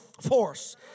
force